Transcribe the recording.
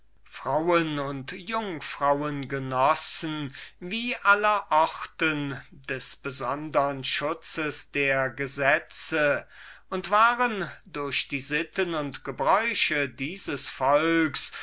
frauen und jungfrauen genossen den besondern schutz der gesetze wie allenthalben und waren durch die sitten und gebräuche dieses volkes